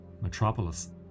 Metropolis